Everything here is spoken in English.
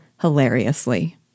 hilariously